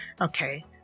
okay